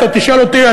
אתה תשאל אותי,